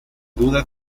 dudas